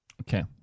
Okay